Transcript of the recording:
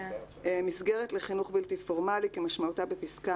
"מסגרת לחינוך בלתי פורמלי" כמשמעותה בפסקה